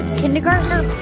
kindergartner